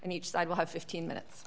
and each side will have fifteen minutes